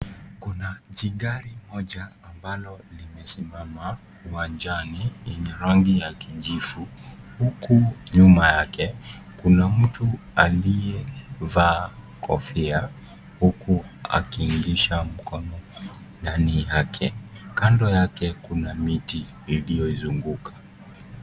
Kuna jigari moja ambalo limesimama uwanjani yenye rangi ya kijivu huku nyuma yake kuna mtu aliyevaa kofia huku akiingisha mkono ndani yake, kando yake kuna miti iliyoizunguka.